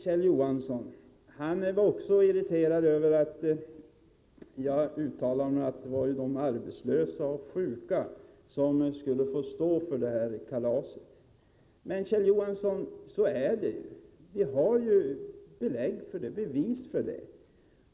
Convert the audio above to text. Kjell Johansson var också irriterad över att jag sade att det var de arbetlösa och sjuka som skulle få stå för kalaset. Men så är det ju — det har vi bevis för.